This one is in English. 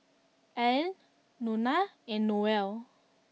Allene Nona and Noel